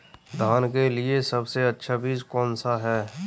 धान के लिए सबसे अच्छा बीज कौन सा है?